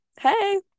hey